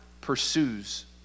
pursues